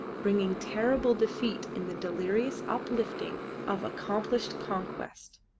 bringing terrible defeat in the delirious uplifting of accomplished conquest.